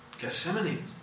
Gethsemane